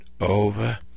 over